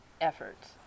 efforts